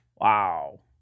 Wow